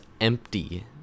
empty